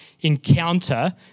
encounter